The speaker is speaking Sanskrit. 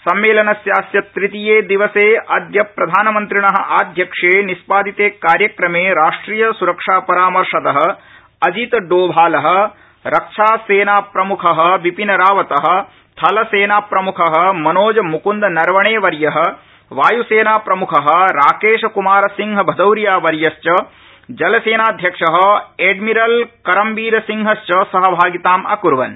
सम्मेलनस्यास्य तृतीये दिबसे अद्य प्रधानमन्त्रिण आध्यक्षे निष्पादिते कार्यक्रमे राष्ट्रियसुरक्षापरामर्शद अजितडोभाल रक्षासेनाप्रमुख विपिनरावत थलसेनाप्रमुख मनोज मुकुन्द नरवणेवर्य वायुसेनाप्रमुख राकेशकुमारसिंहभदौरियावर्य जलसेनाध्यक्ष एडमिरल करमबीरसिंहश्च सहभागिताम् अकुर्वन्